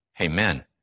Amen